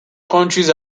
countries